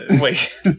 Wait